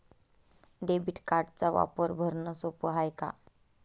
Debit कार्डचा वापर भरनं सोप हाय का?